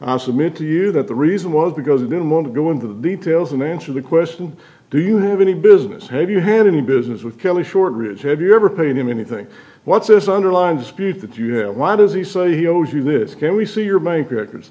i submit to you that the reason was because he didn't want to go into the details and answer the question do you have any business have you had any business with kelly short ribs have you ever paid him anything what's this underlying dispute that you have why does he say he owes you this can we see your make records